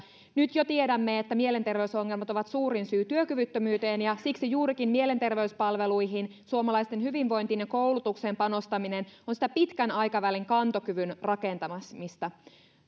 nyt jo tiedämme että mielenterveysongelmat ovat suurin syy työkyvyttömyyteen ja siksi juurikin mielenterveyspalveluihin suomalaisten hyvinvointiin ja koulutukseen panostaminen on sitä pitkän aikavälin kantokyvyn rakentamista